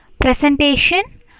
presentation